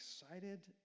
excited